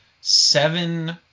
seven